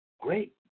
great